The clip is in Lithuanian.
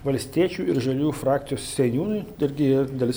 valstiečių ir žaliųjų frakcijos seniūnui irgi dalis